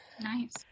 Nice